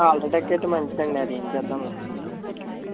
UltraTech అయితే మంచిదండి అది వేయించేద్దాంలే ఇంక